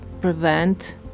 prevent